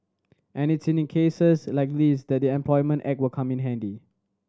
and it's in cases like this that the Employment Act will come in handy